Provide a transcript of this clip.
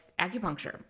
acupuncture